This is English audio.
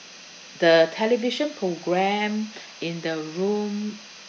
the television programme in the room